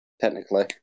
technically